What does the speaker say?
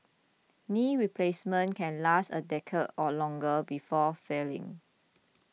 knee replacements can last a decade or longer before failing